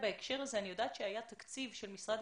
יודעת שהיה תקציב של משרד